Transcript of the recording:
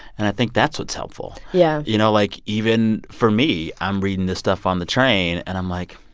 and i think that's what's helpful yeah you know, like, even for me, i'm reading this stuff on the train, and i'm like,